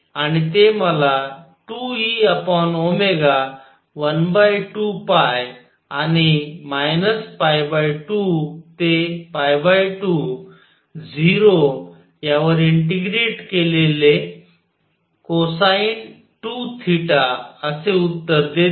आणि ते मला 2E12 आणि 2 ते 2 0 यावर इंटिग्रेट केलेले कोसाइन 2 थीटा असे उत्तर देते